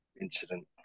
incident